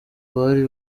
bari